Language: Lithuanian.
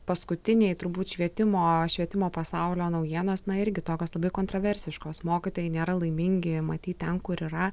paskutiniai turbūt švietimo švietimo pasaulio naujienos na irgi tokios labai kontroversiškos mokytojai nėra laimingi matyt ten kur yra